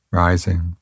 rising